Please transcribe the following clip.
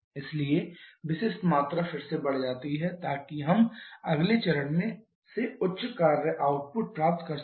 इसलिए विशिष्ट मात्रा फिर से बढ़ जाती है ताकि हम अगले चरण से उच्च कार्य आउटपुट प्राप्त कर सकें